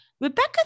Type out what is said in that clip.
Rebecca